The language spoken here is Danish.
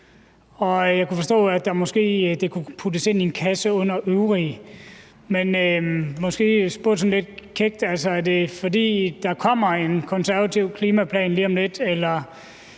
Jeg kunne forstå, at det måske kunne puttes ind i en kasse under »øvrige«. Men – måske spurgt sådan lidt kækt – er det, fordi der kommer en konservativ klimaplan lige om lidt,